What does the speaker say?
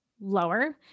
lower